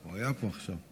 הוא היה פה עכשיו.